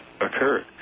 occurred